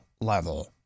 level